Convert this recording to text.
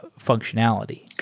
ah functionality.